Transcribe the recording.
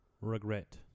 Regret